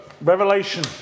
Revelation